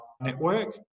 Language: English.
network